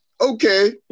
okay